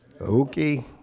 Okay